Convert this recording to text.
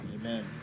Amen